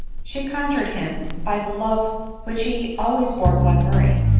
she conjured him by the love which he always bore glenmurray,